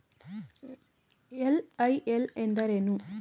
LIL ಎಂದರೇನು?